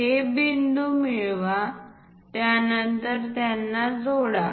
हे बिंदू मिळवा त्यानंतर त्यांना जोडा